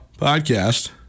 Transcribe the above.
podcast